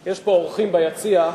יש פה אורחים ביציע,